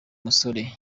musore